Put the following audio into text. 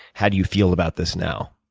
how do you feel about this now?